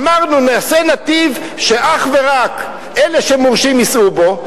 אמרנו: נעשה נתיב שאך ורק אלה שמורשים ייסעו בו,